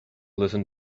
listen